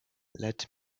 let